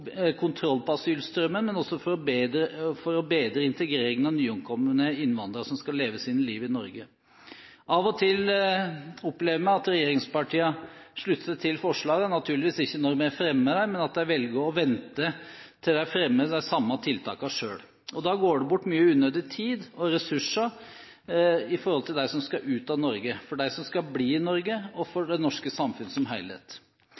kontroll på asylstrømmen, men også for å bedre integreringen av nyankomne innvandrere som skal leve sitt liv i Norge. Av og til opplever vi at regjeringspartiene slutter seg til forslagene – ikke når vi fremmer dem, naturligvis, men de velger å vente til de fremmer de samme tiltakene selv. Da går det bort mye unødig tid og ressurser for dem som skal ut av Norge, for dem som skal bli i Norge, og for det norske samfunn som